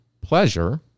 pleasure